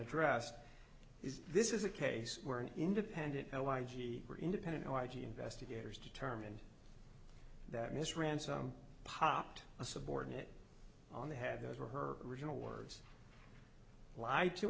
addressed is this is a case where an independent no i g or independent i g investigators determine that miss ransome popped a subordinate on the head those were her original words lie to